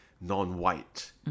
non-white